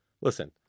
listen